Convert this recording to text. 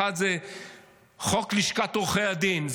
האחד, זה חוק לשכת עורכי הדין.